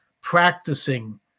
practicing